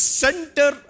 center